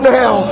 now